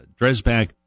Dresbach